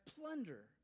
plunder